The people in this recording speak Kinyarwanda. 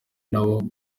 nabo